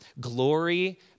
glory